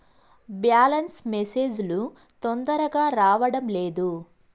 Balance message లు తొందరగా రావడం లేదు?